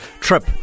trip